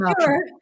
sure